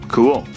Cool